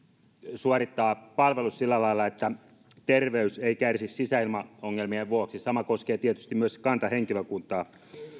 suorittaa palvelus sillä lailla että terveys ei kärsi sisäilmaongelmien vuoksi sama koskee tietysti myös kantahenkilökuntaa